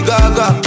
Gaga